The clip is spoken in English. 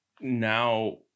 now